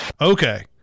Okay